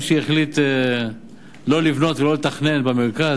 מי שהחליט לא לבנות ולא לתכנן במרכז,